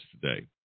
today